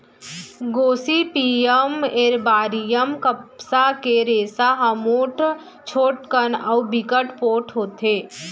Gossypium arboreum कपसा के रेसा ह मोठ, छोटकन अउ बिकट पोठ होथे